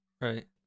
Right